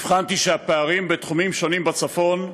הבחנתי שהפערים בתחומים שונים בצפון,